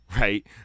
right